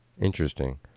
Interesting